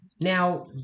Now